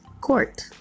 court